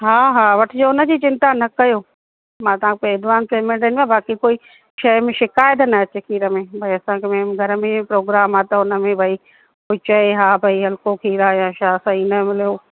हा हा वठिजो न हुनजी चिंता न कयो मां तव्हांखे एडवांस पेमेंट ॾींदी बाकी कोई शइ में शिकाइतु न अचे खीर में भई असांखे मेह घर में प्रोग्राम आहे त हुनमें भई कुझु चए हा भई हल्को खीर आहे या छा सही न मतिलबु